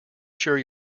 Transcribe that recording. sure